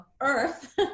earth